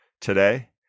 today